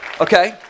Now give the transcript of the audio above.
Okay